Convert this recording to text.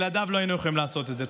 בלעדיו לא היינו יכולים לעשות את זה.